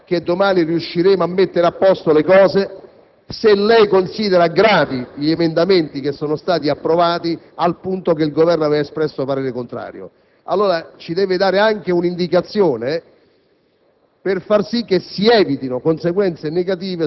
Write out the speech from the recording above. chi ci dà la garanzia che domani riusciremo a mettere a posto le cose, dal momento che lei considera gravi gli emendamenti che sono stati approvati, al punto che il Governo aveva espresso parere contrario?